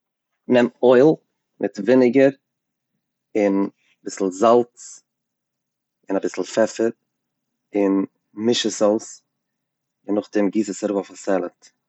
נעם אויל מיט וויניגער און אביסל זאלץ און אביסל פעפער און מיש עס אויס און נאכדעם גיס עס ארויף אויפן סעלעד.